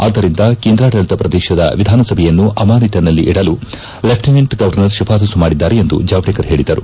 ಆದ್ಲಿರಿಂದ ಕೇಂದ್ರಾಡಳಿತ ಪ್ರದೇಶದ ವಿಧಾನಸಭೆಯನ್ನು ಆಮಾನಶಿನಲ್ಲಿಡಲು ಲೆಫ್ಟಿನೆಂಟ್ ಗವರ್ನರ್ ಶಿಫಾರಸು ಮಾಡಿದ್ದಾರೆ ಎಂದು ಜಾವಡೇಕರ್ ಹೇಳದರು